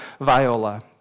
Viola